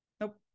Nope